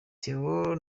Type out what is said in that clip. theo